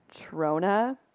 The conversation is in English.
Trona